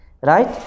right